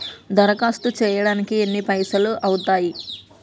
దరఖాస్తు చేయడానికి ఎన్ని పైసలు అవుతయీ?